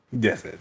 Yes